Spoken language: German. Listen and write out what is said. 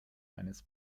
eines